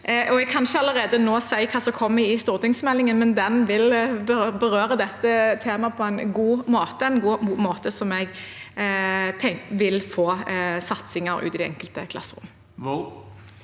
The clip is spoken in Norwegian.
Jeg kan ikke allerede nå si hva som kommer i stortingsmeldingen, men den vil berøre dette temaet på en god måte – en god måte som vil få satsinger ute i de enkelte klasserom.